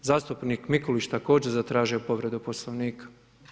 Zastupnik Mikulić, također zatražio povredu Poslovnika.